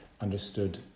understood